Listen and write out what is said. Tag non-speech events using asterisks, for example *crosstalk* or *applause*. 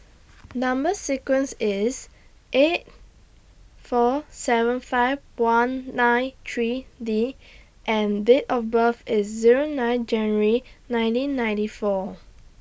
*noise* Number sequence IS eight four seven five one nine three D and Date of birth IS Zero nine January nineteen ninety four